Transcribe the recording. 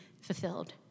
fulfilled